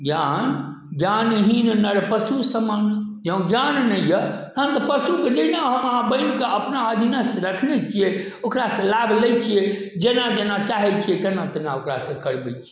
ज्ञान ज्ञानहीन नर पशु समाना जँ ज्ञान नहि यऽ तखन तऽ पशुके जहिना हम अहाँ बाॅंधिके हम अहाँ अपना अधीनस्थ रखने छियै ओकरा सऽ लाभ लै छियै जेना जेना चाहै छियै तेना तेना ओकरा सऽ करबै छियै